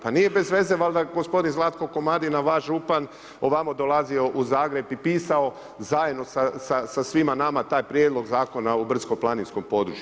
Pa nije bezveze valjda gospodin Zlatko Komadina vaš župan ovamo dolazio u Zagreb i pisao zajedno sa svima nama taj Prijedlog zakona o brdsko-planinskom području.